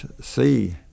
see